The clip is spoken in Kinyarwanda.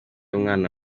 umwana